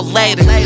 later